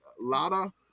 Lada